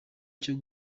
cyo